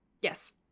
Yes